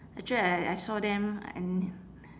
actually I I saw them and